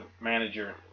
manager